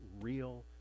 real